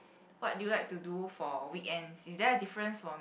what do you like to do for weekends is there a difference from